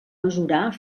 mesurar